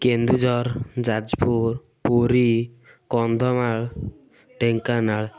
Keonjhar Jajpur Puri Kandhamal Dhenkanal